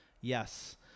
Yes